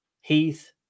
Heath